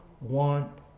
want